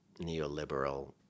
neoliberal